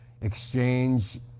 exchange